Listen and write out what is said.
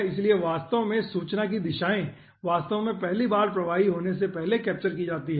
इसलिए वास्तव में सूचना की दिशाएँ वास्तव में पहली बार प्रवाही होने से पहले कैप्चर की जाती है